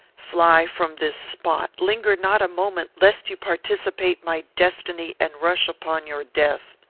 fly from this spot linger not a moment, lest you participate my destiny and rush upon your death.